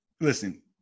listen